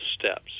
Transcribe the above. steps